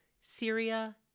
Syria